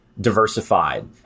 diversified